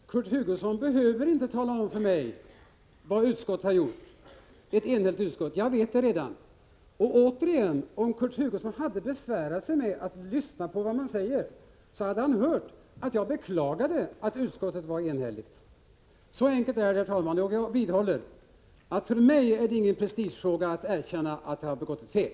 Herr talman! Kurt Hugosson behöver inte tala om för mig vad utskottet gjort och att det var ett enhälligt utskott. Det vet jag redan. Återigen, om Kurt Hugosson hade besvärat sig med att lyssna på vad jag sade hade han hört att jag beklagade att utskottet var enhälligt. Så enkelt är det. Herr talman, jag vidhåller att för mig är det ingen prestigefråga att erkänna att man begått ett fel.